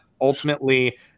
ultimately